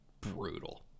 brutal